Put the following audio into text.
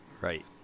Right